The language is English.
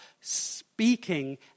Speaking